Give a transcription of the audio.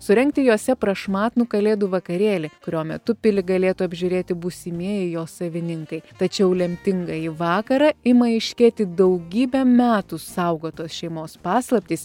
surengti jose prašmatnų kalėdų vakarėlį kurio metu pilį galėtų apžiūrėti būsimieji jos savininkai tačiau lemtingąjį vakarą ima aiškėti daugybę metų saugotos šeimos paslaptys